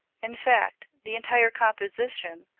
in fact, the entire composition,